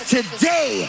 today